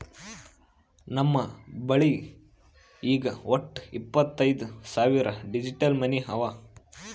ನಮ್ ಬಲ್ಲಿ ಈಗ್ ವಟ್ಟ ಇಪ್ಪತೈದ್ ಸಾವಿರ್ ಡಿಜಿಟಲ್ ಮನಿ ಅವಾ